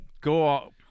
Go